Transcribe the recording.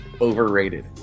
overrated